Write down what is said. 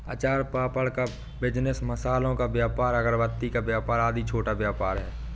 अचार पापड़ का बिजनेस, मसालों का व्यापार, अगरबत्ती का व्यापार आदि छोटा व्यापार है